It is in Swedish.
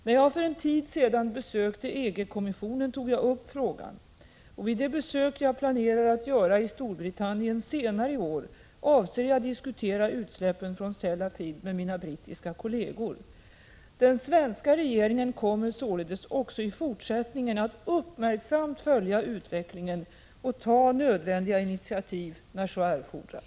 När jag för en tid sedan besökte EG-kommissionen tog jag upp frågan, och vid det besök jag planerar att göra i Storbritannien senare i år avser jag att diskutera utsläppen från Sellafield med mina brittiska kolleger. Den svenska regeringen kommer således också i fortsättningen att uppmärksamt följa utvecklingen och ta nödvändiga initiativ när så erfordras.